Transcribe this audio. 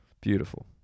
beautiful